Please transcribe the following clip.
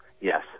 yes